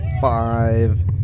five